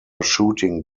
shooting